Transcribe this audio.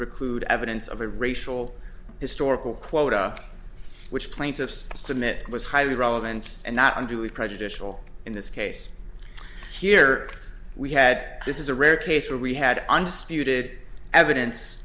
preclude evidence of a racial historical quota which plaintiffs submit was highly relevant and not unduly prejudicial in this case here we had this is a rare case where we had undisputed evidence